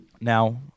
Now